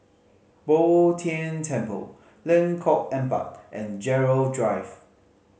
Bo Tien Temple Lengkok Empat and Gerald Drive